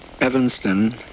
Evanston